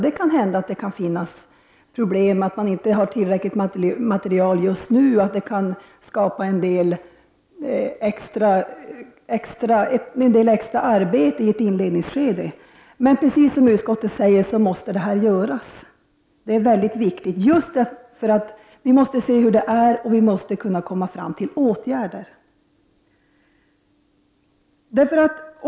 Det kan hända att man inte har tillräckligt material just nu, det kan skapa extra arbete i ett inledningsskede. Men precis som utskottet säger måste denna redovisning göras. Det är väldigt viktigt, därför att vi måste ju se hur situationen är och vi måste sätta in åtgärder.